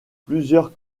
plusieurs